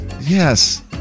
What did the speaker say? Yes